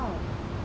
!wow!